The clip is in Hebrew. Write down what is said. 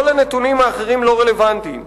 כל הנתונים האחרים לא רלוונטיים.